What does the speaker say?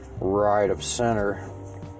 right-of-center